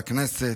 והשלישית.